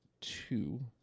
Two